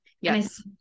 Yes